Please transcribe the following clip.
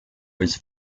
was